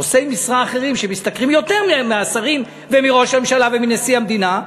לנושאי משרה אחרים שמשתכרים יותר מהשרים ומראש הממשלה ומנשיא המדינה,